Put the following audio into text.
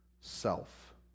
self